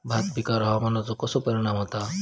भात पिकांर हवामानाचो कसो परिणाम होता?